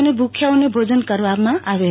અને ભૂખ્યાને ભોજન કરાવવામાં આવેલ